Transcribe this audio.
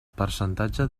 percentatge